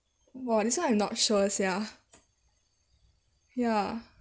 !wah! this one I'm not sure sia ya